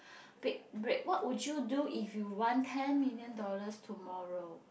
big break what would you do if you won ten million dollars tomorrow